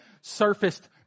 surfaced